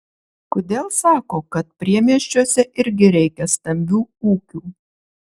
kodėl sako kad priemiesčiuose irgi reikia stambių ūkių